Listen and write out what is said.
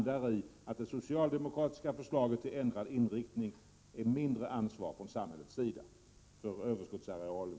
Det socialdemokratiska förslaget till ändrad inriktning innebär ju mindre ansvar från samhällets sida för överskottsarealen.